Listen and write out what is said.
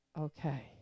okay